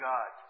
God